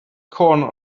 corner